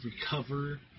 recover